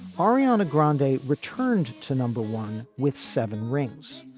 ariana grande day returned to number one with seven rings.